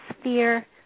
sphere